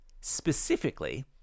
Specifically